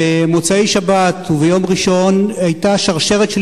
במוצאי-שבת וביום ראשון היתה שרשרת של